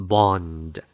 Bond